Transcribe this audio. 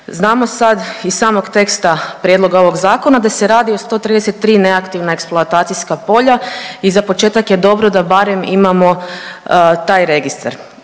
Znamo sad iz samog teksta prijedloga ovog Zakona da se radi o 133 neaktivna eksploatacijska polja i za početak je dobro da barem imamo taj registar.